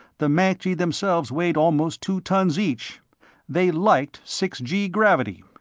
the mancji themselves weighed almost two tons each they liked six gee gravity.